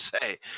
say